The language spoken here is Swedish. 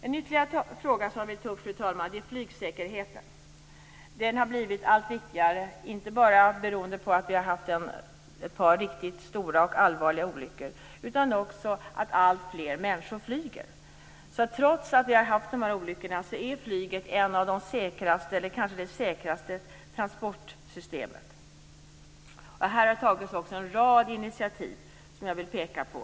En ytterligare fråga som jag vill ta upp, fru talman, är flygsäkerheten. Den har blivit allt viktigare, inte bara beroende på att vi har haft ett par riktigt stora och allvarliga olyckor utan också på grund av att alltfler människor flyger. Trots dessa olyckor är flyget det kanske säkraste transportsättet. Här har tagits en rad initiativ som jag vill peka på.